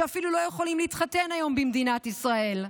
שאפילו לא יכולים להתחתן היום במדינת ישראל?